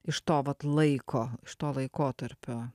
iš to vat laiko iš to laikotarpio